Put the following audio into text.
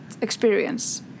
experience